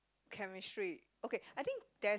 chemistry okay I think there's